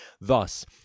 thus